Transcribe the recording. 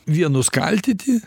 vienus kaltyti